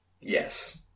yes